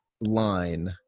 line